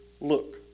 look